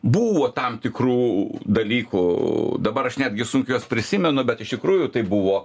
buvo tam tikrų dalykų dabar aš netgi sunkiai juos prisimenu bet iš tikrųjų tai buvo